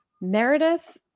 Meredith